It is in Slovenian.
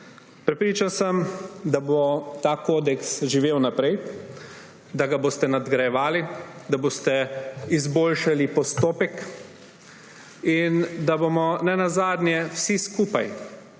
Prepričan sem, da bo ta kodeks živel naprej, da ga boste nadgrajevali, da boste izboljšali postopek in da bomo ne nazadnje vsi skupaj,